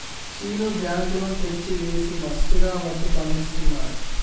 Seenu bank loan తెచ్చి వేసి మస్తుగా వడ్లు పండిస్తున్నాడు